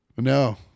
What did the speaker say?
no